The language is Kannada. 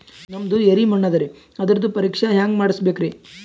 ನಮ್ದು ಎರಿ ಮಣ್ಣದರಿ, ಅದರದು ಪರೀಕ್ಷಾ ಹ್ಯಾಂಗ್ ಮಾಡಿಸ್ಬೇಕ್ರಿ?